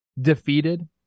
defeated